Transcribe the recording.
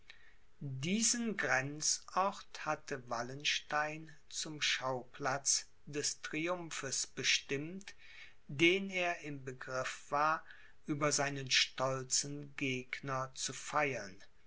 diesen grenzort hatte wallenstein zum schauplatz des triumphes bestimmt den er im begriff war über seinen stolzen gegner zu feiern